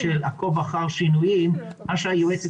אני כן אבקש מהיועצת